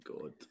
god